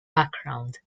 background